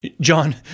John